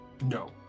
no